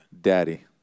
Daddy